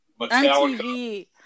MTV